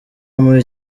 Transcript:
muri